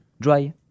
dry